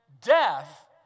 death